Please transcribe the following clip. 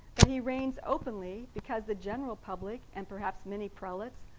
but he reigns openly because the general public, and perhaps many prelates,